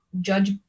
judge